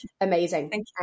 amazing